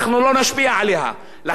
לכן אנחנו רואים את שני הצדדים,